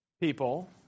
people